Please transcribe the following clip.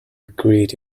great